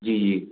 जी जी